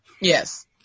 Yes